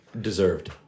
Deserved